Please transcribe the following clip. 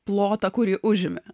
plotą kurį užimi